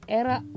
era